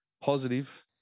positive